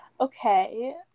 Okay